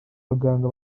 baganga